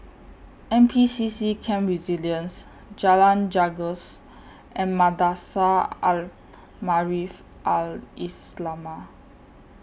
N P C C Camp Resilience Jalan Janggus and Madrasah Al Maarif Al Islamiah